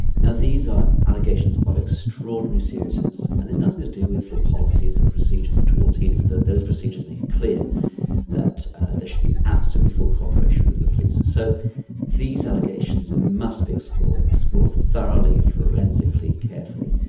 now these are allegations of extraordinary seriousness. and it's nothing to do with the policies or procedures of towards healing those procedures make it clear that there should be absolutely full cooperation with the police. so these allegations must be explored, explored thoroughly, forensically, carefully,